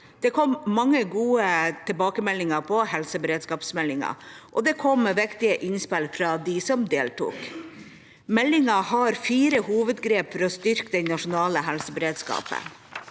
Det kom mange gode tilbakemeldinger på helseberedskapsmeldingen, og det kom viktige innspill fra dem som deltok. Meldingen har fire hovedgrep for å styrke den nasjonale helseberedskapen: